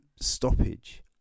stoppage